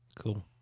Cool